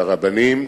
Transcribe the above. והרבנים,